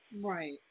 Right